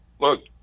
look